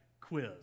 quiz